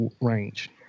range